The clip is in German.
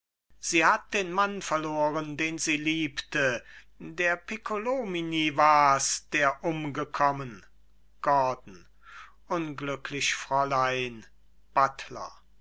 sie hat den mann verloren den sie liebte der piccolomini wars der umgekommen gordon unglücklich fräulein buttler